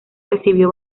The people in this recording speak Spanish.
recibió